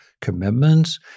commitments